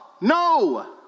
no